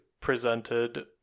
presented